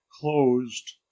closed